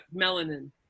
melanin